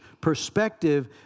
perspective